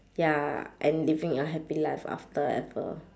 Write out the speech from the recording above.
ya and living a happy life after ever